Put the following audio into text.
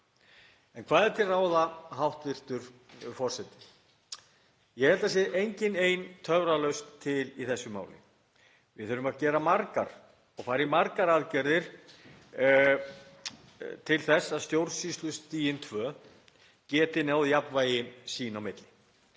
En hvað er til ráða, hæstv. forseti? Ég held að það sé engin ein töfralausn til í þessu máli. Við þurfum að fara í margar aðgerðir til þess að stjórnsýslustigin tvö geti náð jafnvægi sín á milli.